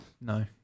No